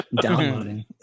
downloading